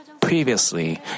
previously